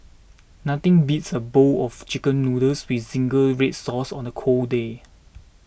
nothing beats a bowl of Chicken Noodles with Zingy Red Sauce on a cold day